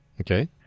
Okay